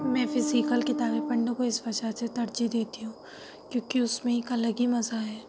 میں فزیکل کتابیں پڑھنے کو اِس وجہ سے ترجیح دیتی ہوں کیوں کہ اُس میں ایک الگ ہی مزہ ہے